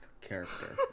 character